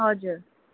हजुर